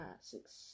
six